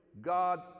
God